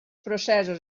processos